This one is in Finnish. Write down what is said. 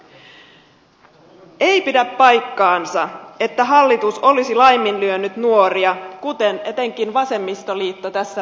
ei pidä paikkaansa että hallitus olisi laiminlyönyt nuoria kuten etenkin vasemmistoliitto tässä väittää